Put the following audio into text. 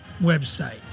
website